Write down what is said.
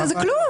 בדיוק, זה כלום.